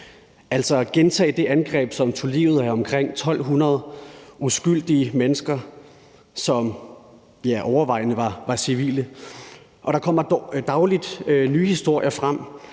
altså gentage det angreb, som tog livet af omkring 1.200 uskyldige mennesker, som overvejende var civile. Og der kommer dagligt nye historier frem,